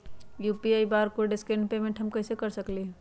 UPI barcode scan payment हम कईसे कर सकली ह?